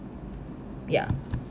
ya